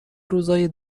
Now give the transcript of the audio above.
روزای